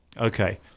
Okay